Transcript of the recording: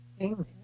Amen